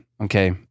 okay